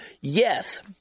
Yes